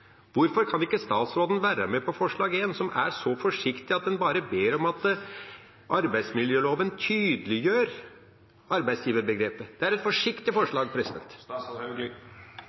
Hvorfor kan ikke statsråden være med på forslag nr. 1, som er så forsiktig at en bare ber om at arbeidsmiljøloven tydeliggjør arbeidsgiverbegrepet? Det er et forsiktig forslag.